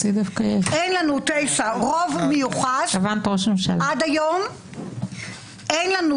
תשע עד היום אין לנו רוב מיוחס,